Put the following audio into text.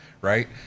right